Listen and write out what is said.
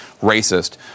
racist